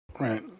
right